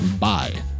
Bye